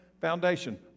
foundation